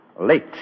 late